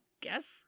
guess